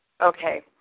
Okay